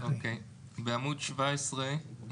בעמוד 17,